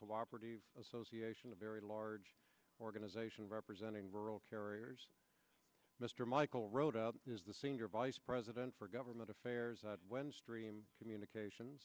cooperative association a very large organization representing rural carriers mr michael rohde is the senior vice president for government affairs at when stream communications